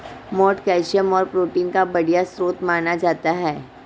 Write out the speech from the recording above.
मोठ कैल्शियम और प्रोटीन का बढ़िया स्रोत माना जाता है